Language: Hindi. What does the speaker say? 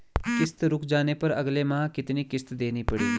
किश्त रुक जाने पर अगले माह कितनी किश्त देनी पड़ेगी?